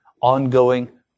ongoing